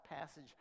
passage